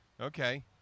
Okay